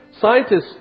Scientists